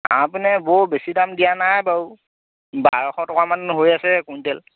আমাৰ পিনে বৰ বেছি দাম দিয়া নাই বাৰু বাৰশ টকামান হৈ আছে কুইণ্টেল